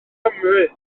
nghymru